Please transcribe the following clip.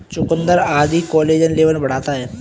चुकुन्दर आदि collagen level बढ़ाता है